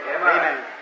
Amen